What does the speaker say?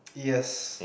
yes